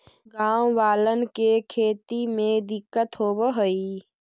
गाँव वालन के खेती में दिक्कत होवऽ हई